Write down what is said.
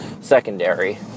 secondary